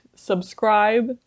subscribe